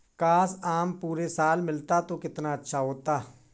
काश, आम पूरे साल मिलता तो कितना अच्छा होता